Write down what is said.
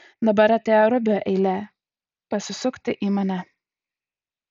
dabar atėjo rubio eilė pasisukti į mane